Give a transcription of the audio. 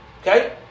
Okay